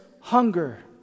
hunger